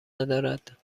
ندارد